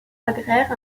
agraire